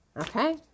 Okay